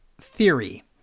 Theory